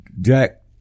Jack